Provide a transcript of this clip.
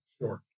Sure